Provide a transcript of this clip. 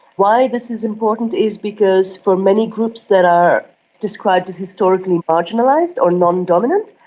why this is important is because for many groups that are described as historically marginalised or non-dominant,